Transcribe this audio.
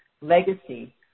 legacy